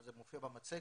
אבל זה מופיע במצגת,